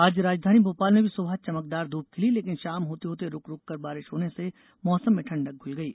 आज राजधानी भोपाल में भी सुबह चमकदार धूप खिली लेकिन शाम होते होते रूक रूक कर बारिश होने से मौसम में ठंडक घुल गयी